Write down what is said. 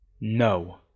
No